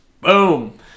boom